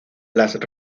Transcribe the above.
las